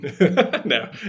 no